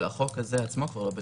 אבל החוק הזה עצמו כבר לא בתוקף.